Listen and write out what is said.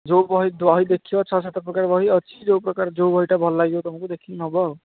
ଯେଉଁ ବହି ବହି ଦେଖିବ ଛଅ ସାତ ପ୍ରକାର ବହି ଅଛି ଯେଉଁ ପ୍ରକାର ଯେଉଁ ବହିଟା ଭଲ ଲାଗିବ ତୁମକୁ ଦେଖି ନେବ ଆଉ